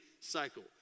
cycle